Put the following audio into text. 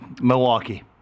Milwaukee